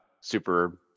super